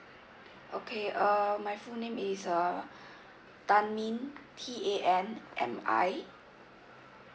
okay uh my full name is uh tan mi T A N M I